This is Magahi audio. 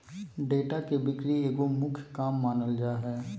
डेटा के बिक्री एगो मुख्य काम मानल जा हइ